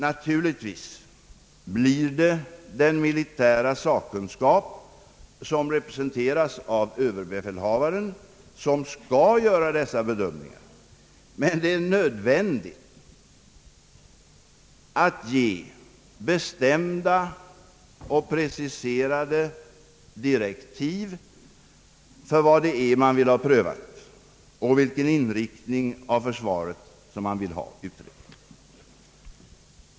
Naturligtvis blir det den militära sak kunskap, som representeras av ÖB, som skall göra dessa bedömningar. Men det är nödvändigt att ge bestämda och preciserade direktiv för vad det är man vill ha prövat och vilken inriktning av försvaret man vill ha.